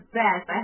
best